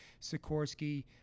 Sikorsky